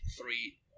three